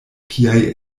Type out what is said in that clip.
kiaj